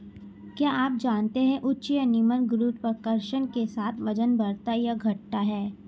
क्या आप जानते है उच्च या निम्न गुरुत्वाकर्षण के साथ वजन बढ़ता या घटता है?